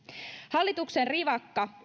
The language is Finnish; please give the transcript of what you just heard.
hallituksen rivakka